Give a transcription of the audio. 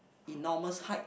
in normals height